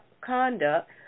conduct